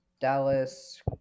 Dallas